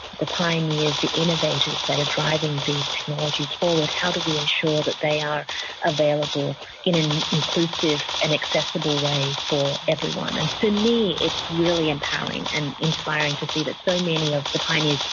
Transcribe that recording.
the pioneers, the innovators that are driving these technologies forward, how do we ensure that they are available in an inclusive and accessible way for everyone. and for me it's really empowering and inspiring to see that so many of the pioneers,